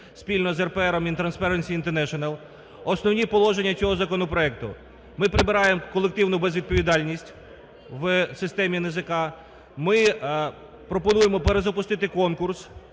спільно з РПРом і Transparency International. Основні положення цього законопроекту: ми прибираємо колективну безвідповідальність в системі НАЗК, ми пропонуємо перезапустити конкурс,